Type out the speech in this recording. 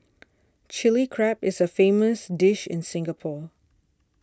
Chilli Crab is a famous dish in Singapore